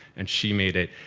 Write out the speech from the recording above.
and she made it,